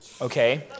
okay